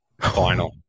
Final